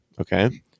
okay